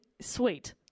sweet